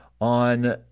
on